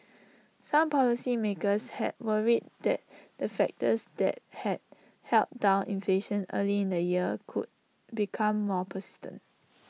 some policymakers had worried that the factors that had held down inflation early in the year could become more persistent